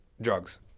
drugs